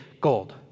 gold